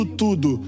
tudo